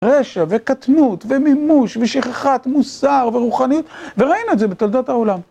רשע וקטנות ומימוש ושכחת מוסר ורוחנית, וראינו את זה בתולדות העולם.